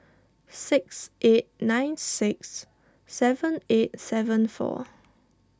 six eight nine six seven eight seven four